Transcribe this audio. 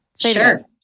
Sure